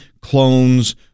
clones